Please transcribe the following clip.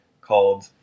called